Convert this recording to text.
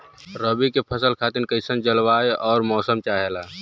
रबी क फसल खातिर कइसन जलवाय अउर मौसम चाहेला?